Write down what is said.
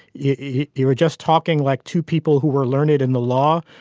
you you were just talking like two people who were learned in the law.